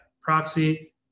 proxy